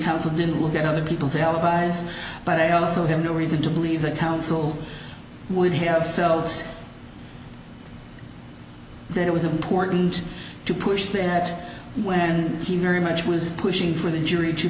counsel didn't look at other people's alibis but i also have no reason to believe that counsel would have felt that it was important to push the at when he very much was pushing for the jury to